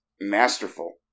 masterful